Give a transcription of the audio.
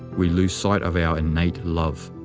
we lose sight of our innate love.